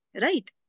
Right